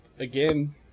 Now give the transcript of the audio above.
Again